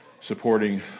supporting